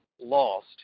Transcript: lost